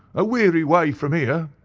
a weary way from here.